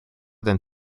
than